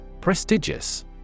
Prestigious